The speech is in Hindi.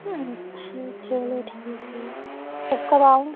अच्छा चलो ठीक है तब कब आऊं